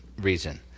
reason